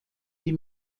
die